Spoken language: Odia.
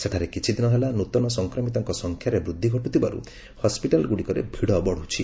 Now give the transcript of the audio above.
ସେଠାରେ କିଛିଦିନ ହେଲା ନୂତନ ସଂକ୍ରମିତଙ୍କ ସଂଖ୍ୟାରେ ବୃଦ୍ଧି ଘଟୁଥିବାରୁ ହସ୍କିଟାଲ ଗୁଡ଼ିକରେ ଭିଡ଼ ବଢୁଛି